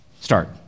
Start